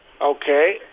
Okay